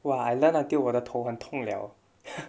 !wah! I learn until 我的头很痛了